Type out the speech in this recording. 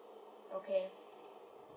okay